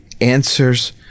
answers